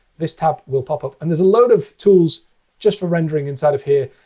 this tab will pop up. and there's a load of tools just for rendering inside of here.